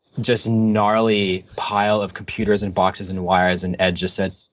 just gnarly pile of computers and boxes and wires and ed just said,